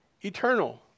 eternal